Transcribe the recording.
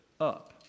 up